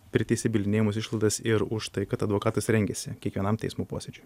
priteisia bylinėjimosi išlaidas ir už tai kad advokatas rengiasi kiekvienam teismo posėdžiui